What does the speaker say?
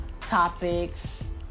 topics